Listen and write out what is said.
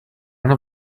one